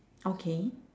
okay